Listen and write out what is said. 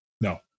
No